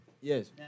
Yes